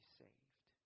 saved